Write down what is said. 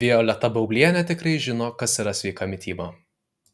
violeta baublienė tikrai žino kas yra sveika mityba